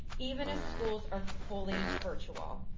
even as schools are fully virtual?